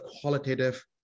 qualitative